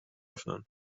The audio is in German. öffnen